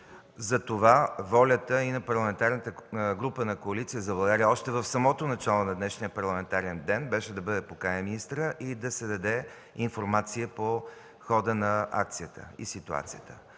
Затова волята и на Парламентарната група на Коалиция за България още в самото начало на днешния парламентарен ден, беше да бъде поканен министърът и да се даде информация по хода на акцията и ситуацията.